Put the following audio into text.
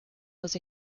was